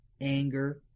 Anger